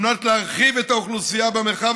על מנת להרחיב את האוכלוסייה במרחב